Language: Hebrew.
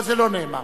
פה זה לא נאמר.